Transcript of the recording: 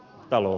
dal